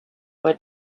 were